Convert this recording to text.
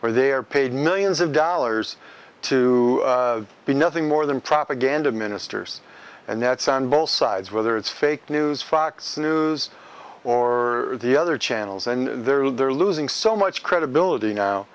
where they are paid millions of dollars to be nothing more than propaganda ministers and that's on both sides whether it's fake news fox news or the other channels and they're losing so much credibility now